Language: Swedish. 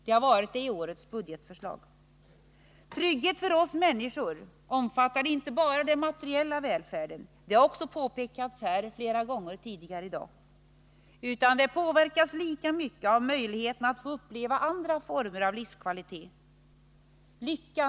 Det har varit det i årets budgetförslag. Trygghet för oss människor omfattar inte bara den materiella välfärden — det har också påpekats här flera gånger tidigare i dag — utan den omfattar lika mycket möjligheten att få uppleva andra former av livskvalitet.